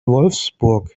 wolfsburg